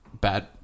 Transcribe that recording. bad